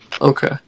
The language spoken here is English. Okay